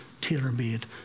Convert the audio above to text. tailor-made